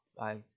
right